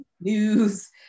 news